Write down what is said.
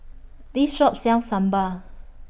This Shop sells Sambar